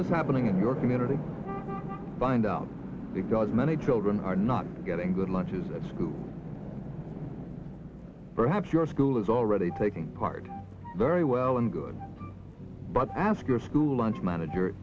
this happening in your community find out because many children are not good lunches at school perhaps your school is already taking part very well and good but ask your school lunch manager